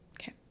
Okay